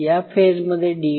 या फेजमध्ये डी